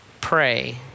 pray